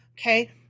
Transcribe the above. Okay